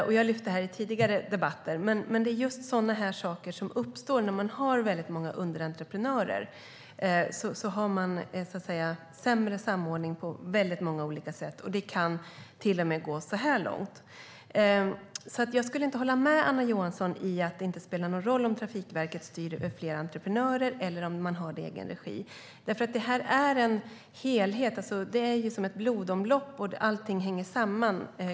Jag har lyft fram detta i tidigare debatter, men det är just sådana här saker som uppstår när man har väldigt många underentreprenörer. Då har man sämre samordning på väldigt många olika sätt, och det kan till och med gå så här långt. Jag skulle därför inte hålla med Anna Johansson om att det inte spelar någon roll om Trafikverket styr över flera entreprenörer eller om man har det i egen regi. Det här är en helhet. Det är som ett blodomlopp, och allting hänger samman.